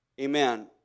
Amen